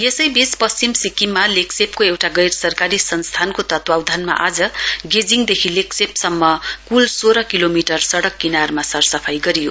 यसैबीच पश्चिम सिक्किममा लेक्शेपको एउटा गैर सरकारी संस्थानको तत्वावधानमा आज गेजिडदेखि लेक्शेपसम्म कूल सोह्र किलोमिटर सडक किनारमा सरसफाई गरियो